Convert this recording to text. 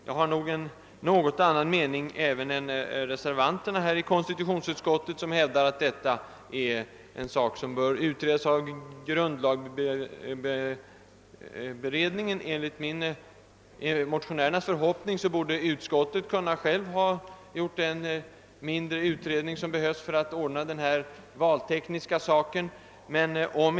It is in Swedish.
Jag har en mening som avviker något även från den som framförs av reservanterna i konstitutionsutskottet, vilka hävdar att denna fråga bör utredas av grundlagberedningen. Enligt motionärernas förhoppning skulle utskottet självt ha kunnat genomföra den mindre utredning som behövs för att ordna denna valtekniska angelägenhet.